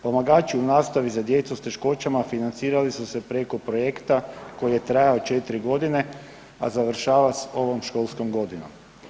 Pomagači u nastavi za djecu s teškoćama financirali su se preko projekta koji je trajao 4 godine, a završava s ovom školskom godinu.